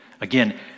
again